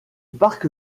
parc